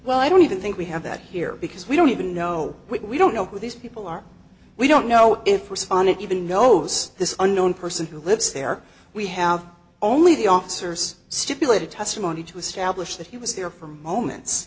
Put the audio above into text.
well i don't even think we have that here because we don't even know we don't know who these people are we don't know if respondent even knows this unknown person who lives there we have only the officers stipulated testimony to establish that he was there for moment